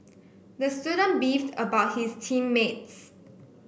the student beefed about his team mates